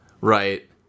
Right